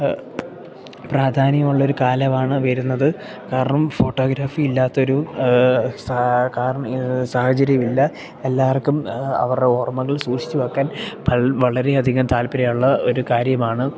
പ്രാധാന്യമുള്ളൊരു കാലവാണ് വരുന്നത് കാരണം ഫോട്ടോഗ്രാഫി ഇല്ലാത്തൊരു സാ കാരണം ർ സാഹചര്യമില്ല എല്ലാവർക്കും അവരുടെ ഓർമ്മകൾ സൂക്ഷിച്ച് വെക്കാൻ പ്ര വളരെയധികം താൽപര്യള്ള ഒരു കാര്യമാണ്